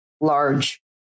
large